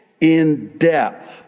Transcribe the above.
in-depth